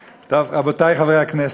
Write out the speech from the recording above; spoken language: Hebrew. רבותי חברי הכנסת,